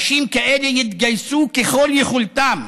אנשים כאלה יתגייסו ככל יכולתם